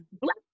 black